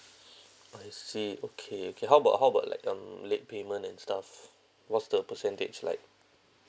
I say okay okay how about how about like um late payment and stuff what's the percentage like